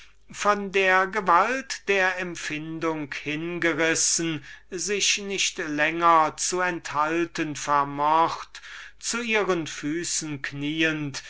endlich von der gewalt der allmächtigen liebe bezwungen sich nicht länger zu enthalten vermocht zu ihren füßen kniend